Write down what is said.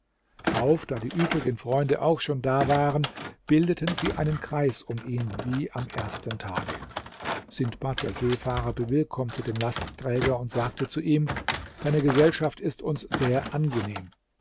drauf da die übrigen freunde auch schon da waren bildeten sie einen kreis um ihn wie am ersten tage sindbad der seefahrer bewillkommte den lastträger und sagte zu ihm deine gesellschaft ist uns sehr angenehm